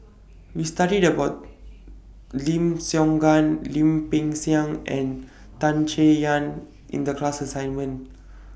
We studied about Lim Siong Guan Lim Peng Siang and Tan Chay Yan in The class assignment